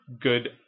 good